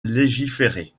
légiférer